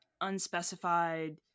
unspecified